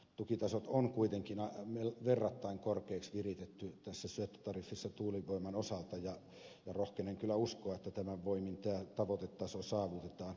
tukitasot ovat kuitenkin verrattain korkeiksi viritettyjä tässä syöttötariffissa tuulivoiman osalta ja rohkenen kyllä uskoa että tämän voimin tämä tavoitetaso saavutetaan